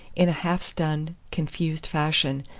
in a half-stunned, confused fashion,